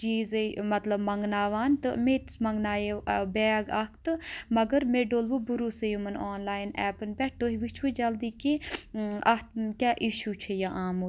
چیٖزٕے مَطلب مَنگناوان مےٚ تہِ مَنٛگنایو بیگ اَکھ تہٕ مَگر مےٚ ڈوٚل وٕہ بروٗسَے یِمَن آنلایِن ایپَن پؠٹھ تُہۍ وٕچھِو جلدی کہِ اَتھ کیاہ اِشوٗ چھِ یہِ آمُت